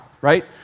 right